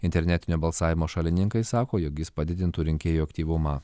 internetinio balsavimo šalininkai sako jog jis padidintų rinkėjų aktyvumą